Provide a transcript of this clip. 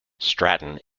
stratton